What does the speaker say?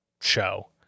show